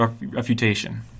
refutation